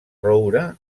roure